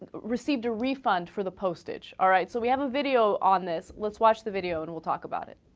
ah received a refund for the postage alright so we have a video on this let's watch the video and we'll talk about it